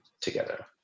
together